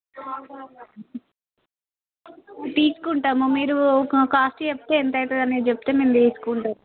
తీసుకుంటము మీరు ఒక కాస్ట్ చెప్తే ఎంత అవుతుందనేది చెప్తే మేము తీసుకుంటాము